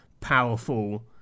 powerful